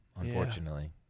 unfortunately